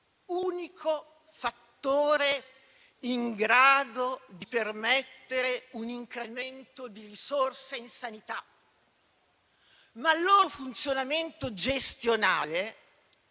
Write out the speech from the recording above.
unico fattore in grado di permettere un incremento di risorse in sanità, ma il loro funzionamento gestionale